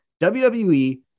WWE